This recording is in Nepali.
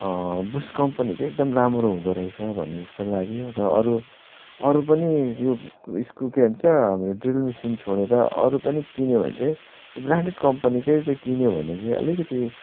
बुस्क कम्पनी चाहिँ एकदम राम्रो हुँदोरहेछ भनेजस्तो लाग्यो र अरू अरू पनि यो उसको के भन्छ अब ड्रिल मसिन छोडेर अरू पनि किन्यो भने चाहिँ ब्रान्डेड कम्पनीकै चाहिँ किन्यो भने चाहिँ अलिकति